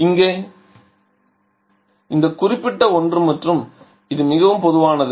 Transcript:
இங்கே இந்த குறிப்பிட்ட ஒன்று மற்றும் இது மிகவும் பொதுவானது